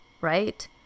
right